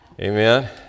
Amen